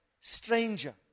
stranger